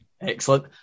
Excellent